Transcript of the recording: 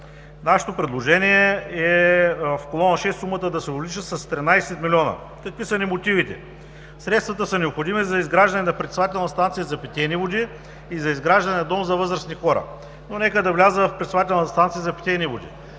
Нашето предложение е в колона 6, сумата да се увеличи с 13 милиона. Какви са ни мотивите? Средствата са необходими за изграждане на пречиствателна станция за питейни води и за изграждане на дом за възрастни хора. Но нека да влязат в пречиствателната станция за питейни води.